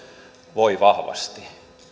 voivat vahvasti